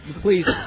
Please